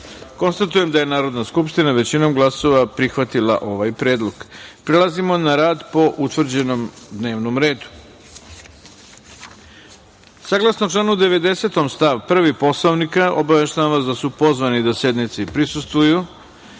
sedam. Konstatujem da je Narodna skupština većinom glasova prihvatila ovaj predlog. Prelazimo na rad po utvrđenom dnevnom redu. Saglasno članu 90. stav 1. Poslovnika, obaveštavam vas da su pozvani da sednici prisustvuju: